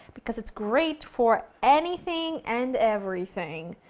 because it's great for anything and everything.